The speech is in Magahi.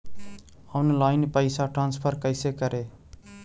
ऑनलाइन पैसा ट्रांसफर कैसे करे?